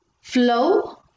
flow